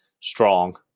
strong